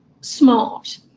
smart